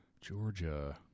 Georgia